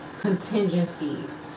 contingencies